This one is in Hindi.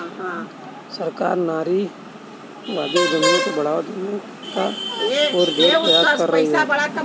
सरकार नारीवादी उद्यमियों को बढ़ावा देने का पुरजोर प्रयास कर रही है